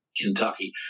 Kentucky